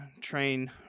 train